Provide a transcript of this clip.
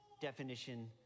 definition